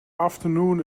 afternoon